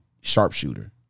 sharpshooter